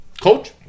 coach